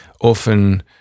often